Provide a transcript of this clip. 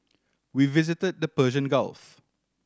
we visited the Persian Gulf